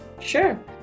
Sure